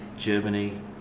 Germany